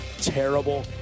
terrible